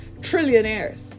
trillionaires